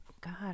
god